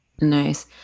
nice